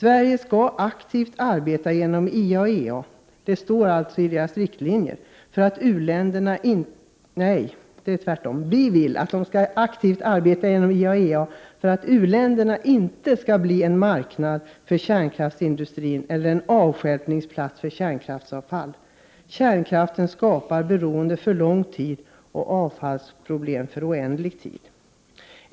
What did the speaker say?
Vi vill att Sverige aktivt skall arbeta genom IAEA för att u-länderna inte skall bli en marknad för kärnkraftsindustrin eller en avstjälpningsplats för kärnkraftsavfall. Kärnkraften skapar beroende för lång tid och avfallsproblem för oändlig tid.